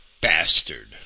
bastard